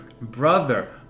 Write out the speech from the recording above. brother